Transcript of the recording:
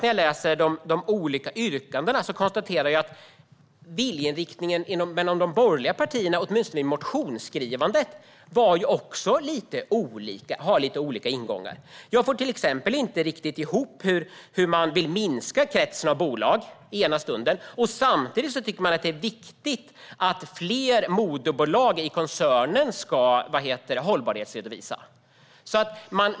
När jag läser de olika yrkandena konstaterar jag att viljeinriktningen skiljer sig åt partierna emellan, åtminstone att döma av motionsskrivandet, och ger lite olika ingångar. Jag får till exempel inte riktigt ihop hur man vill minska kretsen av bolag och samtidigt tycker att det är viktigt att fler moderbolag i koncerner ska hållbarhetsredovisa.